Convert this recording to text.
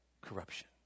corruption